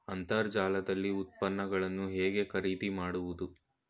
ಅಂತರ್ಜಾಲದಲ್ಲಿ ಉತ್ಪನ್ನಗಳನ್ನು ಹೇಗೆ ಖರೀದಿ ಮಾಡುವುದು?